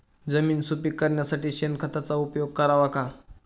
जमीन सुपीक करण्यासाठी शेणखताचा उपयोग करावा का?